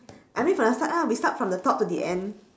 I mean from the start ah we start from the top to the end